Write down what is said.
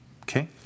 Okay